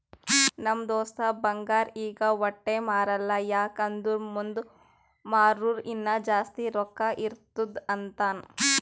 ನಮ್ ದೋಸ್ತ ಬಂಗಾರ್ ಈಗ ವಟ್ಟೆ ಮಾರಲ್ಲ ಯಾಕ್ ಅಂದುರ್ ಮುಂದ್ ಮಾರೂರ ಇನ್ನಾ ಜಾಸ್ತಿ ರೊಕ್ಕಾ ಬರ್ತುದ್ ಅಂತಾನ್